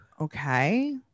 okay